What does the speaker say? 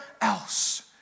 else